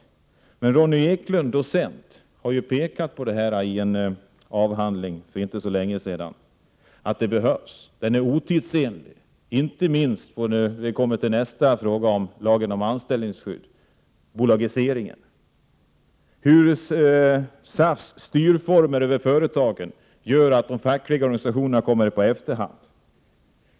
Docent Ronnie Eklund har i en avhandling för inte så länge sedan pekat på att det behövs — medbestämmandelagstiftningen är otidsenlig; inte minst gäller det lagen om anställningsskydd, som är nästa ärende på föredragningslistan. Jag tänker då på bolagiseringen, hur de former för styrning av företagen som SAF tillämpar gör att de fackliga organisationerna kommer i efterhand.